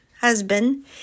husband